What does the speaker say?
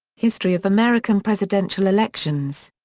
history of american presidential elections.